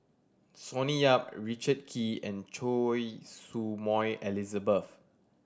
Sonny Yap Richard Kee and Choy Su Moi Elizabeth